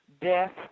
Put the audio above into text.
death